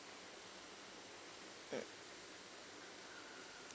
mm